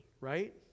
right